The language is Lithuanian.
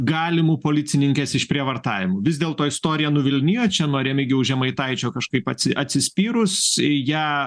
galimu policininkės išprievartavimu vis dėlto istorija nuvilnijo čia nuo remigijaus žemaitaičio kažkaip atsi atsispyrus į ją